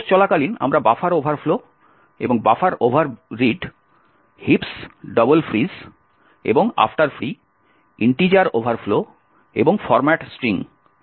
course চলাকালীন আমরা buffer overflow এবং buffer overread heaps double frees এবং আফটার ফ্রি ইন্টিজার ওভারফ্লো এবং ফরম্যাট স্ট্রিং এগুলি ব্যবহার করব